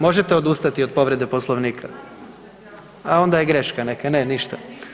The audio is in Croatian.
Možete odustati od povrede Poslovnika? … [[Upadica iz klupe se ne razumije]] A onda je greška neka, ne, ništa.